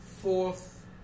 Fourth